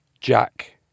Jack